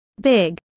Big